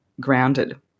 grounded